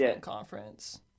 Conference